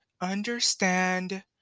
understand